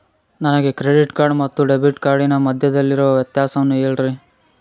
ನನಗೆ credit card ಮತ್ತು debit ಕಾರ್ಡಿನ ಮಧ್ಯದಲ್ಲಿರುವ ವ್ಯತ್ಯಾಸವನ್ನು ಹೇಳ್ರಿ?